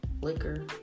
liquor